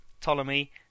Ptolemy